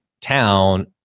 town